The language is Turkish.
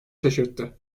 şaşırttı